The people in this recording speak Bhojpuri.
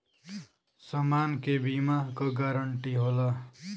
समान के बीमा क गारंटी होला